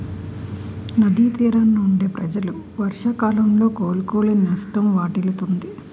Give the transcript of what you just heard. నది తీరాన వుండే ప్రజలు వర్షాకాలంలో కోలుకోలేని నష్టం వాటిల్లుతుంది